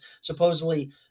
supposedly